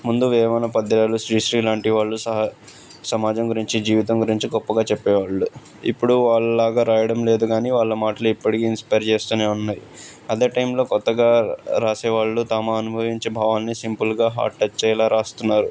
ముందు వేమన పద్యాలు శ్రీశ్రీ లాంటి వాళ్ళు సమాజం గురించి జీవితం గురించి గొప్పగా చెప్పేవాళ్ళు ఇప్పుడు వాళ్ళలాగా రాయడం లేదు కానీ వాళ్ళ మాటలు ఇప్పటికీ ఇన్స్పైర్ చేస్తూనే ఉన్నాయి అదే టైమ్లో కొత్తగా రాసేవాళ్ళు తమ అనుభవించే భావాన్ని సింపుల్గా హార్ట్ టచ్ అయ్యేలా రాస్తున్నారు